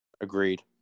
Agreed